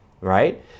right